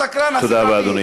השקרן הסדרתי.